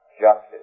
justice